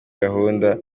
gahunda